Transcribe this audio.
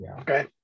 Okay